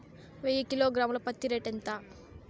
వెయ్యి కిలోగ్రాము ల పత్తి రేటు ఎంత?